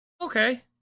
Okay